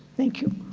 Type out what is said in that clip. thank you.